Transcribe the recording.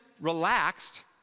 relaxed